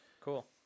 Cool